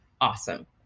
awesome